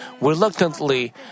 reluctantly